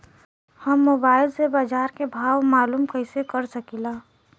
हम मोबाइल से बाजार के भाव मालूम कइसे कर सकीला?